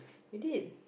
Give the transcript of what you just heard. I did